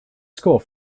score